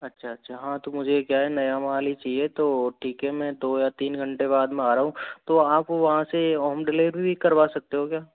अच्छा अच्छा हाँ तो मुझे क्या है नया माल चाहिए तो ठीक है मैं दो या तीन घंटे बाद में आ रहा हूँ तो आप वहाँ से होम डिलीवरी करवा सकते हो क्या